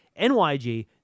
nyg